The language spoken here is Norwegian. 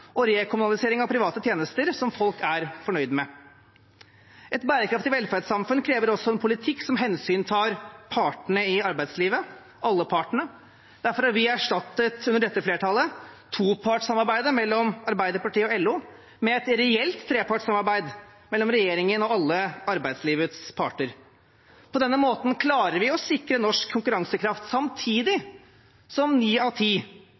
og rekommunalisering av private tjenester som folk er fornøyd med. Et bærekraftig velferdssamfunn krever også en politikk som hensyntar alle partene i arbeidslivet. Derfor har vi under dette flertallet erstattet topartssamarbeidet mellom Arbeiderpartiet og LO med et reelt trepartssamarbeid mellom regjeringen og alle arbeidslivets parter. På denne måten klarer vi å sikre norsk konkurransekraft – samtidig som ni av ti